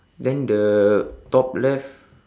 then the top left